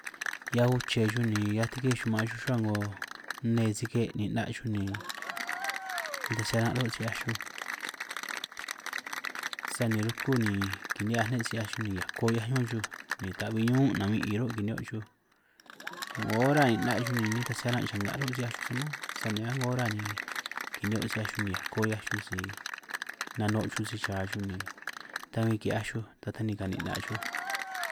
Hiaj uche xuj ni hiaj tikíj xuj maan xuj ruhua 'ngo nne sike', ni 'na' xuj ni nitaj si aran' ruhuo' si 'hiaj xuj, si ni ruku ni kinihiaj ne' si 'hiaj xuj, ni ako 'hiaj ñún xuj ni ta'hui ñún' nahuin 'i ruhuo' kini'hio xuj, 'ngo ora ni 'na' xuj ni nitaj si aran' yanga' ruhuo' si 'hiaj xuj saj mánj, sani a'ngo ora ni kinihio' si 'hiaj xuj, ni ako 'hiaj xuj ni nano' xuj si cha xuj, ni ta bin ki'hiaj xuj ta ta ni ka ni'na' xuj.